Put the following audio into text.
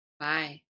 Bye